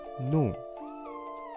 No